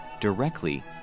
directly